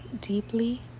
deeply